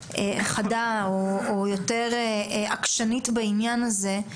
חדה, או יותר עקשנית בעניין הזה.